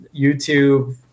YouTube